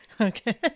Okay